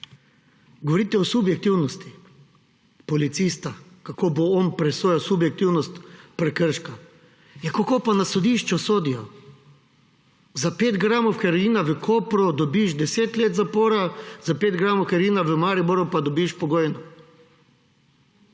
Govorite o subjektivnosti policista, kako bo on presojal subjektivnost prekrška. Ja, kako pa na sodišču sodijo? Za 5 gramov heroina v Kopru dobiš 10 let zapora, za 5 gramov heroina v Mariboru pa dobiš pogojno.